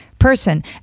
person